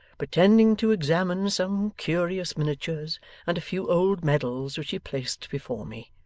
pretending to examine some curious miniatures and a few old medals which he placed before me.